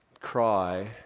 cry